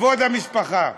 כבוד המשפחה.